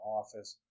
office